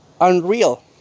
unreal